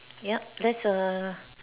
yup that's a